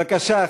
בבקשה,